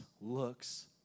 looks